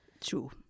True